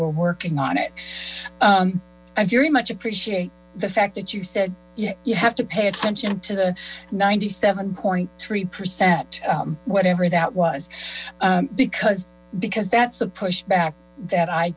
were working on it i very much appreciate the fact that you said you have to pay attention to the ninety seven point three percent whatever that was because because that's the pushback that i